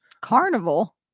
Carnival